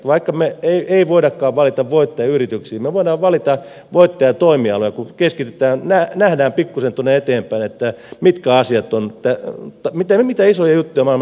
vaikka me emme voikaan valita voittajayrityksiä me voimme valita voittajatoimialoja kun keskitytään nähdään pikkuisen tuonne eteenpäin että se mitkä asiat tuntea mitään mitä isoja juttuja maailmassa tapahtuu